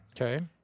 Okay